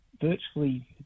virtually